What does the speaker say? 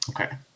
Okay